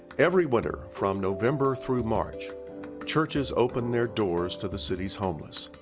every winter from november through march churches open their doors to the city's homeless.